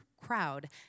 crowd